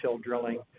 drilling